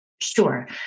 Sure